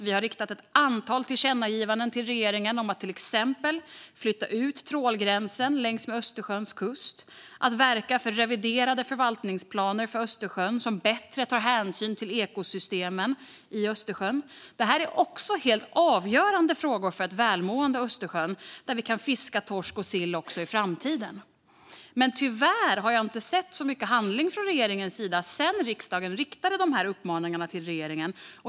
Vi har riktat ett antal tillkännagivanden till regeringen, till exempel om att flytta ut trålgränsen längs med Östersjöns kust och att verka för reviderade förvaltningsplaner för Östersjön som bättre tar hänsyn till ekosystemen i Östersjön. Det här är också helt avgörande frågor för ett välmående Östersjön, där vi kan fiska torsk och sill också i framtiden. Men tyvärr har jag inte sett så mycket handling från regeringens sida sedan riksdagen riktade dessa uppmaningar till regeringen.